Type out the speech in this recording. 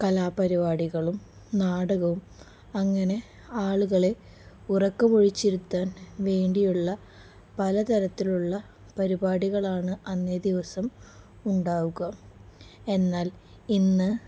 കലാപരിപാടികളും നാടകവും അങ്ങനെ ആളുകളെ ഉറക്ക മൊഴിച്ചിരുത്താൻ വേണ്ടിയുള്ള പലതരത്തിലുള്ള പരിപാടികളാണ് അന്നേ ദിവസം ഉണ്ടാവുക എന്നാൽ ഇന്ന്